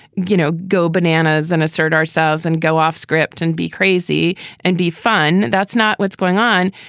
you know, go bananas and assert ourselves and go off script and be crazy and be fun. that's not what's going on.